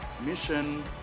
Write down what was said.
Mission